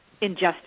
injustice